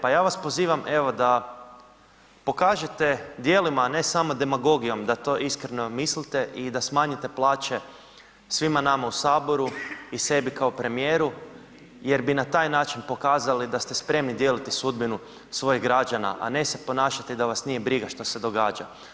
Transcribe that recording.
Pa ja vas pozivam evo da pokažete djelima, a ne samo demagogijom da to iskreno mislite i da smanjite plaće svima nama u saboru i sebi kao premijeru jer bi na taj način pokazali da ste spremni dijeliti sudbinu svojih građana, a ne se ponašati da vas nije briga što se događa.